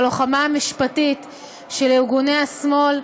את הלוחמה המשפטית של ארגוני השמאל,